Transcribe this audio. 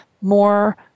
more